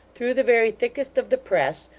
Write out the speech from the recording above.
through the very thickest of the press,